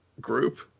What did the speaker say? group